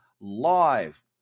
live